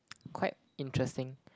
quite interesting